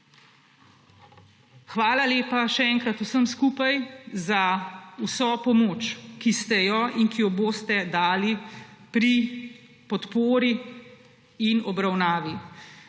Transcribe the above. Hvala lepa še enkrat vsem skupaj za vso pomoč, ki ste jo in ki jo boste dali pri podpori in obravnavi